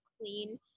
clean